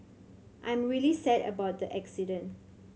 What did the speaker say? I'm really sad about the accident